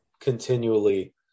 continually